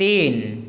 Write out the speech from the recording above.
তিন